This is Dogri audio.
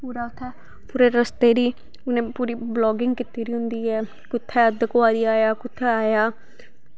पूरा उत्थै पूरे रस्ते दी उनै पूरी बल़गिंग कीती दी होंदी ऐ कुत्थै अध्द कवारी आया कुत्थै आया